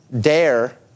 dare